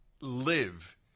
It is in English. live